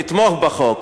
לתמוך בחוק.